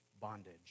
bondage